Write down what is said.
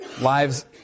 lives